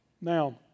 Now